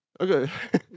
Okay